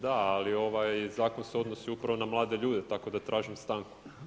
Da, ali ovaj zakon se odnosi upravo na mlade ljude, tako da tražim stanku.